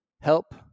help